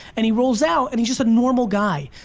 and he rolls out, and he's just a normal guy.